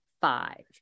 five